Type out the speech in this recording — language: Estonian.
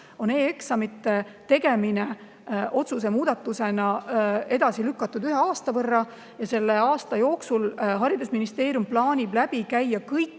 on e-eksamite tegemine otsuse muudatusega edasi lükatud ühe aasta võrra. Selle aasta jooksul haridusministeerium plaanib läbi käia kõik